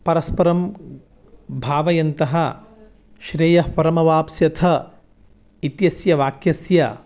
परस्परं भावयन्तः श्रेयःपरमवाप्स्यथ इत्यस्य वाक्यस्य